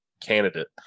candidate